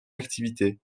activité